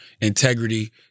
integrity